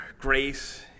grace